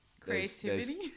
creativity